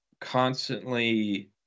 constantly